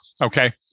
Okay